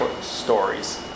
stories